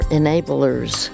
enablers